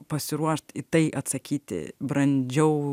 pasiruošt į tai atsakyti brandžiau